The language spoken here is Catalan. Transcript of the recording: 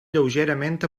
lleugerament